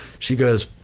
she goes,